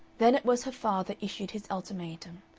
then it was her father issued his ultimatum.